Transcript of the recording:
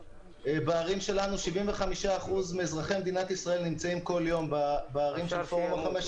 בערים שלנו 75% מאזרחי מדינת ישראל נמצאים כל יום בערים של פורום ה-15.